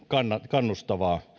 kannustavaa